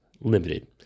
limited